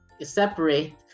separate